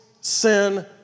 sin